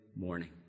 morning